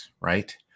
right